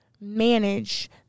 manage